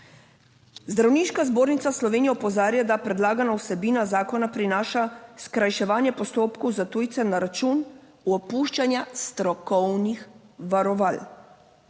Zdravniška zbornica Slovenije opozarja, da predlagana vsebina zakona prinaša skrajševanje postopkov za tujce na račun opuščanja strokovnih varoval.